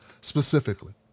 specifically